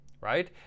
right